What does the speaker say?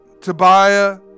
Tobiah